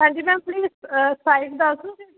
ਹਾਂਜੀ ma'am please site ਦੱਸ ਦਓਗੇ